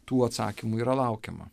tų atsakymų yra laukiama